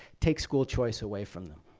take school choice away from them.